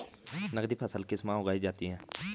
नकदी फसल किस माह उगाई जाती है?